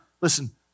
listen